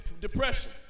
depression